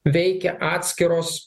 veikia atskiros